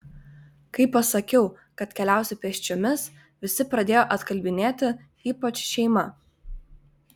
kai pasakiau kad keliausiu pėsčiomis visi pradėjo atkalbinėti ypač šeima